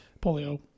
Polio